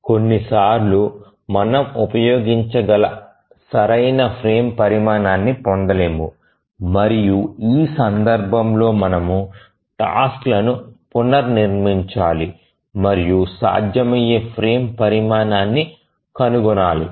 కొన్నిసార్లు మనం ఉపయోగించగల సరైన ఫ్రేమ్ పరిమాణాన్ని పొందలేము మరియు ఆ సందర్భంలో మనము టాస్క్ లను పునర్నిర్మించాలి మరియు సాధ్యమయ్యే ఫ్రేమ్ పరిమాణాన్ని కనుగొనాలి